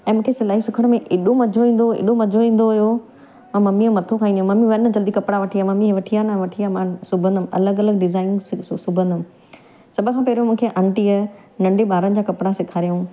ऐं मूंखे सिलाई सिखण में एॾो मज़ो ईंदो हुओ एॾो मज़ो ईंदो हुओ ऐं ममीअ जो मथो खाईंदी हुअमि ममी वञ जल्दी कपिड़ा वठी अचो मम्मी वठी आ न हे वठी आ मां सिबंदमि अलॻि अलॻि डिज़ाइन सिबंदमि सभ खां पहिरियों आंटीअ नंढे ॿारनि जा कपिड़ा सेखारियऊं